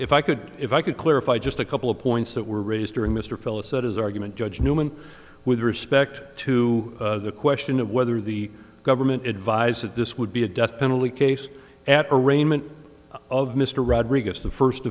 if i could if i could clarify just a couple of points that were raised during mr felicitous argument judge newman with respect to the question of whether the government advised that this would be a death penalty case at arraignment of mr rodriguez the first